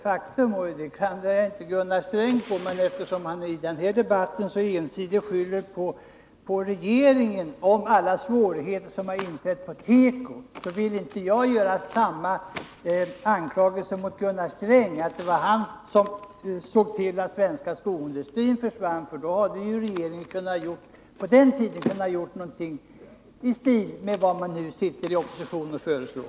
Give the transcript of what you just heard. Fastän Gunnar Sträng i denna debatt så ensidigt har beskyllt den borgerliga regeringen för alla svårigheter som har inträffat inom tekoindustrin, vill jag inte anklaga honom för att han såg till att den svenska skoindustrin försvann. Den dåvarande regeringen hade kunnat göra någonting i stil med vad man nu i oppositionsställning föreslår.